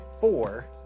four